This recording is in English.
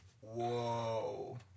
Whoa